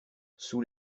sous